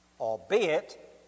albeit